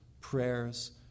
prayers